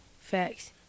facts